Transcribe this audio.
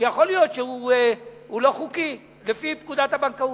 שיכול להיות שהוא לא חוקי לפי פקודת הבנקאות.